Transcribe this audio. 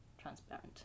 transparent